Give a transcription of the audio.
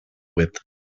with